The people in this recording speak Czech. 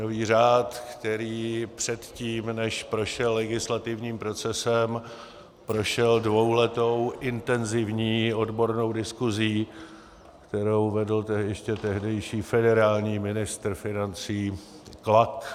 Daňový řad, který předtím, než prošel legislativním procesem, prošel dvouletou intenzivní odbornou diskuzí, kterou vedl ještě tehdejší federální ministr financí Klak.